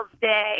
day